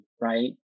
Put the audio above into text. right